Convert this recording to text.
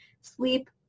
sleep